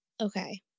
Okay